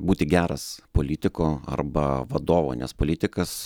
būti geras politiko arba vadovo nes politikas